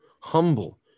humble